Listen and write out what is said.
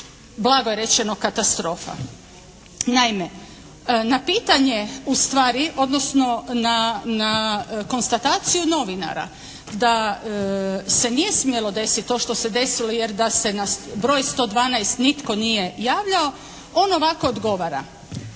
blago rečeno katastrofa. Naime na pitanje ustvari, odnosno na konstataciju novinara da se nije smjelo desiti to što se desilo, jer da se na broj 112 nitko nije javljao on ovako odgovara: